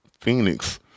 Phoenix